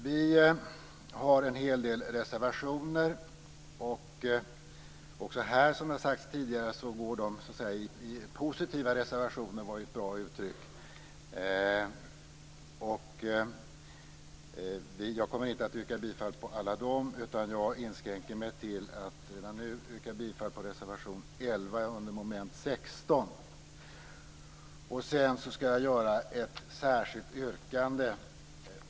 Vi har en hel del reservationer. "Positiva reservationer", som det kallades tidigare, var ett bra uttryck. Jag kommer inte att yrka bifall till dem alla, utan jag inskränker mig till att redan nu yrka bifall till reservation 11 under mom. 16. Sedan skall jag göra ett särskilt yrkande.